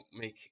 make